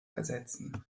ersetzen